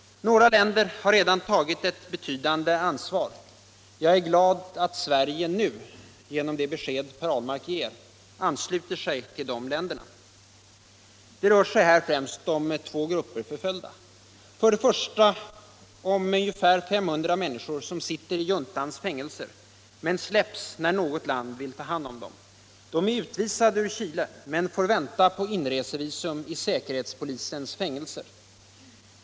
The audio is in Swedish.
Några länder har redan tagit ett betydande ansvar. Jag är glad att Sverige nu — genom det besked Per Ahlmark ger — ansluter sig till de länderna. Det rör sig här främst om två grupper förföljda. Den första är ungefär 500 människor som sitter i juntans fängelser, men släpps när något land vill ta hand om dem. De är utvisade ur Chile, men får vänta på inresevisum i säkerhetspolisens fängelser.